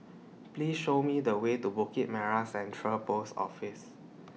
Please Show Me The Way to Bukit Merah Central Post Office